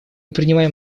принимаем